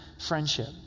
friendship